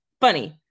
Funny